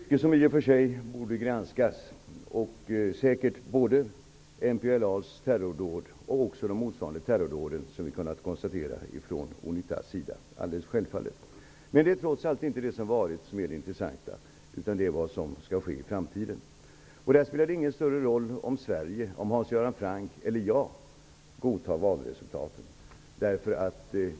Herr talman! Det är i och för sig mycket som borde granskas. Det gäller säkert både MPLA:s terrordåd och de motsvarande terrordåd från Unita som vi har kunnat konstatera. Det är alldeles självfallet. Nu är det trots allt inte det som varit som är det intressanta, utan det är vad som skall ske i framtiden. Där spelar det ingen större roll om Sverige, Hans Göran Franck eller jag godtar valresultatet.